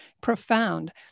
profound